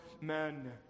men